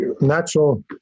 natural